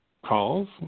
calls